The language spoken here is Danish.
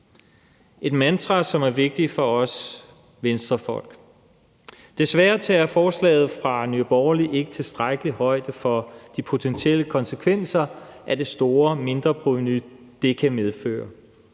et mantra, som er vigtigt for os Venstrefolk. Desværre tager forslaget fra Nye Borgerlige ikke tilstrækkelig højde for de potentielle konsekvenser af det store mindreprovenu, det kan medføre.